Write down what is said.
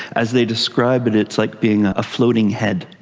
as they described it, it's like being a floating head,